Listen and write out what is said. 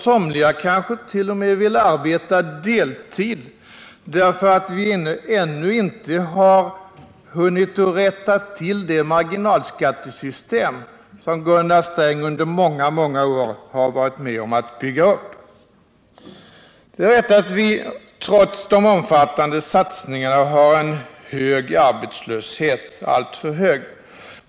Somliga kanske t.o.m. vill arbeta deltid, därför att vi ännu inte har hunnit att rätta till det marginalskattesystem som Gunnar Sträng under många, många år har varit med om att bygga upp. Det är rätt att vi trots de omfattande satsningarna har en alltför hög arbetslöshet.